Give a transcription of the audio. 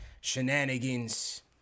shenanigans